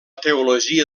teologia